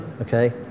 okay